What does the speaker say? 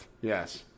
Yes